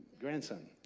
grandson